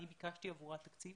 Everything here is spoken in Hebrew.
אני ביקשתי בעבורה תקציב